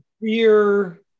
fear